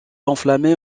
enflammées